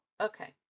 okay